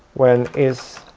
when is